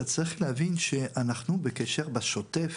אתה צריך להבין שאנחנו בקשר בשוטף